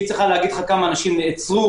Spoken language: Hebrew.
היא צריכה להגיד לך כמה אנשים נעצרו,